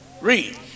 Read